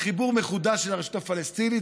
לחיבור מחודש אל הרשות הפלסטינית.